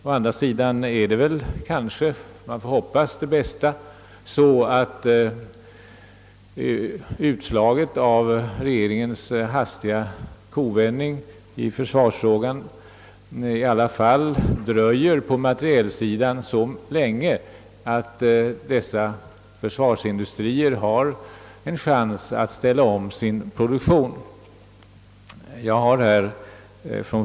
Å andra sidan kanske utslaget av regeringens hastiga kovändning i försvarsfrågan i alla fall dröjer så länge på materielsidan, att försvarsindustrien har en chans att ställa om sin produktion. Man får hoppas det bästa!